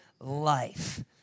life